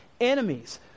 enemies